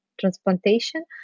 transplantation